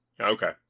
Okay